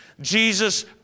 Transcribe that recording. Jesus